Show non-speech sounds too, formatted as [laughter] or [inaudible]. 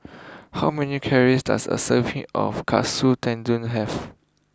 [noise] how many calories does a serving of Katsu Tendon have